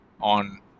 on